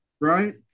right